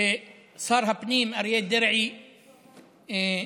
ששר הפנים אריה דרעי יזם,